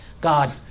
God